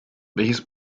welches